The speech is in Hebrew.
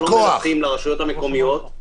-- על מפעלים שלא מדווחים לרשויות המקומיות,